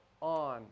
on